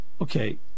Okay